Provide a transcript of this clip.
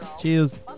Cheers